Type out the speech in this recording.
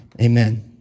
amen